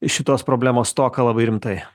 šitos problemos stoką labai rimtai